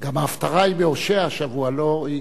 גם ההפטרה היא בהושע השבוע, לא?